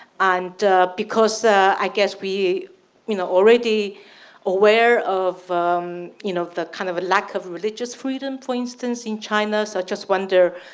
and because i guess we you know already aware of you know the kind of a lack of religious freedom, for instance, in china. so i just wonder,